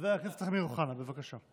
חבר הכנסת אמיר אוחנה, בבקשה.